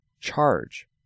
charge